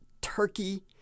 Turkey